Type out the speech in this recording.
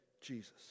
Jesus